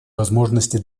возможности